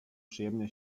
przyjemnie